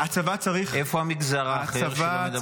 הצבא צריך -- איפה המגזר האחר שלא מדברים עליו?